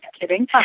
kidding